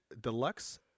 Deluxe